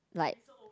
like